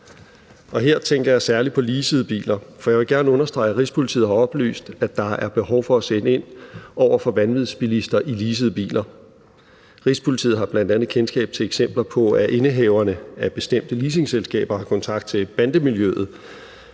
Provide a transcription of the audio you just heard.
her tænker jeg særlig på leasede biler, for jeg vil gerne understrege, at Rigspolitiet har oplyst, at der er behov for at sætte ind over for vanvidsbilister i leasede biler. Rigspolitiet har bl.a. kendskab til eksempler på, at indehaverne af bestemte leasingselskaber har kontakt til bandemiljøet,